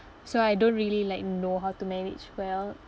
so I don't really like know how to manage well